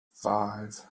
five